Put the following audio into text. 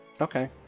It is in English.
Okay